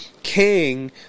king